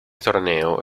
torneo